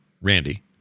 Randy